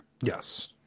Yes